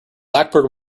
blackbird